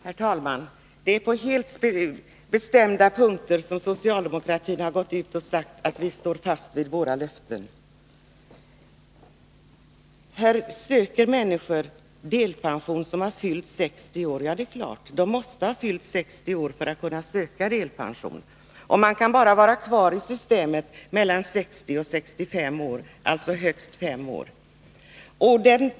Herr talman! Det är på helt bestämda punkter som socialdemokraterna har gått ut och sagt att de står fast vid sina löften. Här söker människor som har fyllt 60 år delpension. Ja, det är klart, de måste ha fyllt 60 år för att kunna söka denna. Man kan bara vara kvar i systemet mellan 60 och 65 år, alltså högst 5 år.